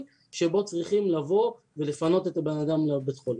שבו צריכים לבוא ולפנות את הבן אדם לבית החולים.